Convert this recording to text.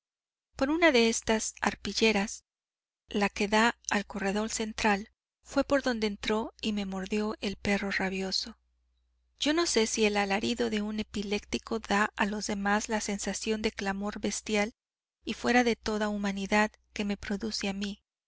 por una de estas arpilleras la que da al corredor central fué por donde entró y me mordió el perro rabioso yo no sé si el alarido de un epiléptico da a los demás la sensación de clamor bestial y fuera de toda humanidad que me produce a mí